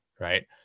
right